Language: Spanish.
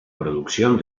producción